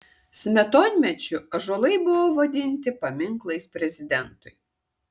smetonmečiu ąžuolai buvo vadinti paminklais prezidentui